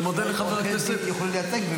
אני מודה לחבר הכנסת --- עורכי דין יוכלו לייצג?